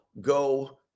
go